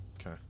okay